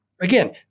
Again